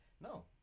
No